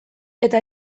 eta